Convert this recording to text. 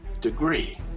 degree